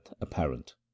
apparent